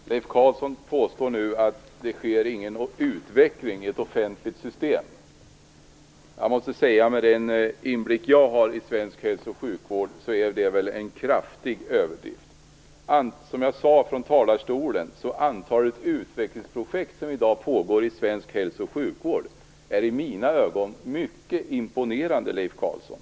Fru talman! Leif Carlson påstår att det inte sker någon utveckling i ett offentligt system. Med den inblick som jag har i svensk hälso och sjukvård måste jag säga att detta är en kraftig överdrift. Som jag sade är antalet utvecklingsprojekt som i dag pågår inom svensk hälso och sjukvård i mina ögon mycket imponerande, Leif Carlsson.